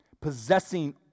Possessing